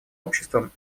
обществом